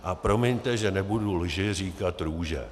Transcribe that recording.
A promiňte, že nebudu lži říkat růže.